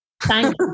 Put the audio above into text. thank